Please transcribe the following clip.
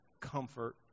comfort